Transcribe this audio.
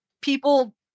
people